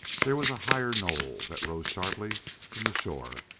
there was a higher knoll that rose sharply from the shore,